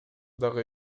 дагы